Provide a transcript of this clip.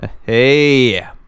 Hey